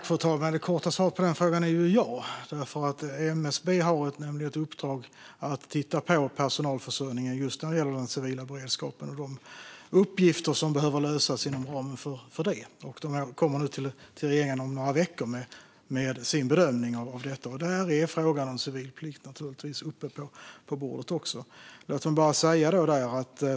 Fru talman! Det korta svaret på den frågan är ja. MSB har ett uppdrag att titta på personalförsörjningen just när det gäller den civila beredskapen och de uppgifter som behöver lösas inom ramen för den. De kommer till regeringen om några veckor med sin bedömning av detta, och där är naturligtvis frågan om civilplikt också uppe på bordet.